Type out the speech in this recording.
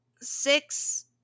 six